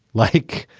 like,